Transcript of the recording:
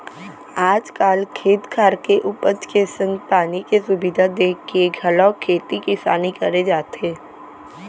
आज काल खेत खार के उपज के संग पानी के सुबिधा देखके घलौ खेती किसानी करे जाथे